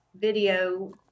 video